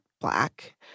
Black